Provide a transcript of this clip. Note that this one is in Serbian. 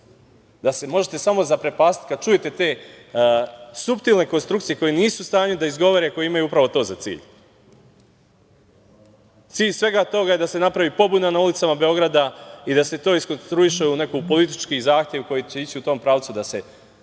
da se možete samo zaprepastiti kad čujete te suptilne konstrukcije koje nisu u stanju da izgovore, koje imaju upravo to za cilj. Cilj svega toga je da se napravi pobuna na ulicama Beograda i da se to iskonstruiše u neki politički zahtev koji će ići u tom pravcu da se smeni